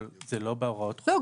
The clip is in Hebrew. אבל זה לא בהוראות --- לא.